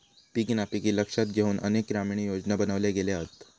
पीक नापिकी लक्षात घेउन अनेक ग्रामीण योजना बनवले गेले हत